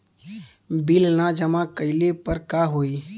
Bill न जमा कइले पर का होई?